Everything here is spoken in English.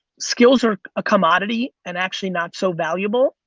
skills are a commodity, and actually not so valuable.